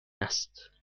است